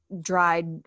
dried